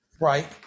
Right